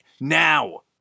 now